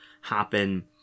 happen